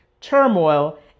turmoil